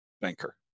banker